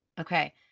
Okay